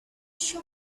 shop